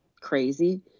crazy